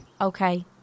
Okay